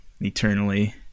eternally